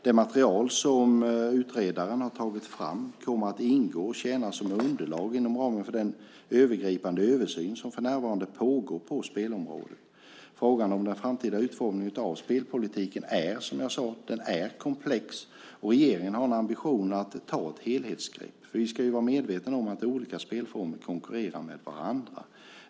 Det material som utredaren har tagit fram kommer att ingå i och tjäna som underlag för ramen för den övergripande översyn som för närvarande pågår på spelområdet. Frågan om den framtida utformningen av spelpolitiken är som jag sade komplex. Regeringen har en ambition att ta ett helhetsgrepp. Vi ska ju vara medvetna om att olika spelformer konkurrerar med varandra.